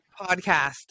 podcast